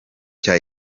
cya